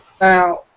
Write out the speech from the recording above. Now